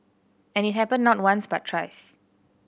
and it happened not once but thrice